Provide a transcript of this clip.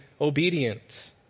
obedient